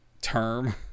term